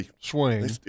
swing